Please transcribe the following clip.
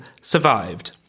survived